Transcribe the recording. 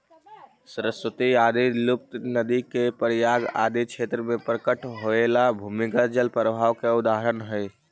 सरस्वती आदि लुप्त नदि के प्रयाग आदि क्षेत्र में प्रकट होएला भूमिगत जल प्रवाह के उदाहरण हई